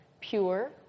pure